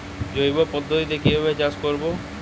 জৈব পদ্ধতিতে কিভাবে চাষ করব?